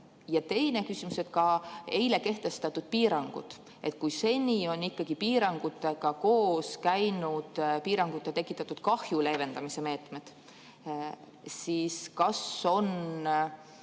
Teine küsimus on eile kehtestatud piirangute kohta. Seni on ikkagi piirangutega koos käinud piirangute tekitatud kahju leevendamise meetmed. Kas